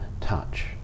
touch